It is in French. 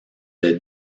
des